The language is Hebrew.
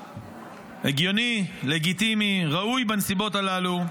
הגיוני, לגיטימי, ראוי בנסיבות הללו.